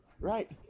right